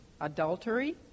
adultery